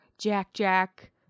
Jack-Jack